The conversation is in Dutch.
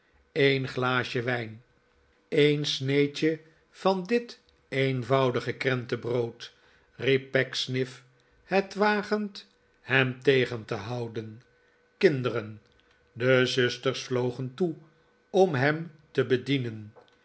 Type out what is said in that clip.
een glaasje wijn een sneetje van dit eenvoudige krententarood riep pecksniff het wagend hem tegen te houden kinderen de zusters vlogen toe om hem te bedienen